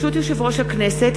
ברשות יושב-ראש הכנסת,